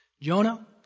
Jonah